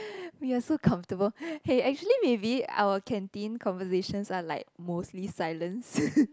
we are so comfortable hey actually maybe our canteen conversation are like mostly silence